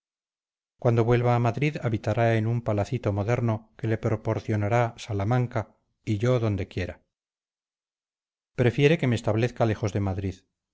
cuando vuelva a madrid habitará en un palacito moderno que le proporcionará salamanca y yo donde quiera prefiere que me establezca lejos de madrid